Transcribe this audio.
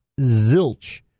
zilch